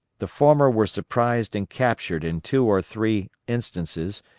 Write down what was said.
the former were surprised and captured in two or three instances.